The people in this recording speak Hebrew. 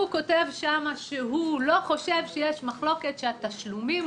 צריך להשאיר אותו מחוץ למשחק הפוליטי,